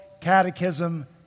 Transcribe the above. catechism